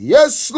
Yes